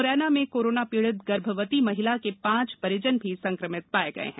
म्रैना में कोरोना पीडीत गर्भवती महिला के पांच परिजन भी संक्रमित हो गये है